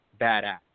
badass